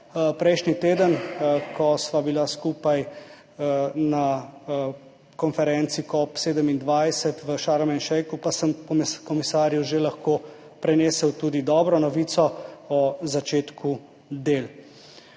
Prejšnji teden, ko sva bila skupaj na konferenci COP27 v Sharm El Sheikhu, pa sem komisarju že lahko prenesel tudi dobro novico o začetku del.